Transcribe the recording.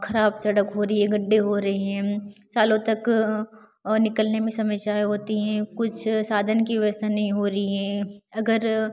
खराब सड़क हो रही है गड्ढे हो रहे हैं सालों तक निकलने में समस्याएँ होती हैं कुछ साधन की व्यवस्था नहीं हो रही है अगर